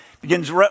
Begins